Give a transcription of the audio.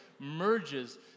merges